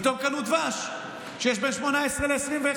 פתאום קנו דבש, כשיש בין 18 ל-21.